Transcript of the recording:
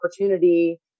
opportunity